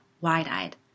wide-eyed